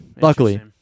luckily